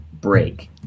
break